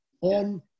on